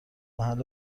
محل